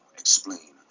explain